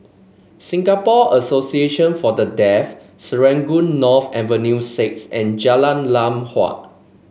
Singapore Association For The Deaf Serangoon North Avenue Six and Jalan Lam Huat